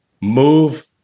move